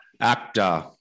actor